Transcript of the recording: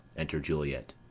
enter juliet.